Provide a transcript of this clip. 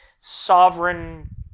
sovereign